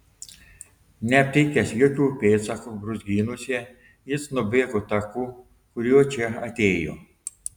neaptikęs jokių pėdsakų brūzgynuose jis nubėgo taku kuriuo čia atėjo